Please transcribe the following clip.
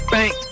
Bank